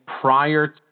prior